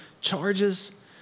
charges